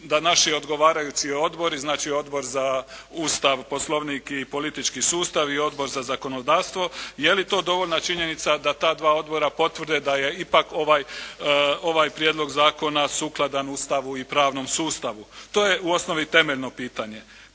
da naši odgovarajući odbori, znači Odbor za Ustav, Poslovnik i politički sustav i Odbor za zakonodavstvo, je li to dovoljna činjenica da ta dva odbora potvrde da je ipak ovaj prijedlog zakona sukladan Ustavu i pravnom sustavu? To je u osnovi temeljno pitanje.